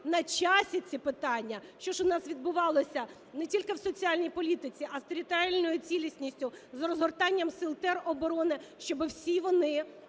на часі, ці питання, що у нас відбувалося не тільки в соціальній політиці, а з територіальною цілісністю, з розгортанням сил тероборони, щоб всі вони